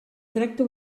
tracte